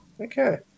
okay